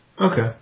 Okay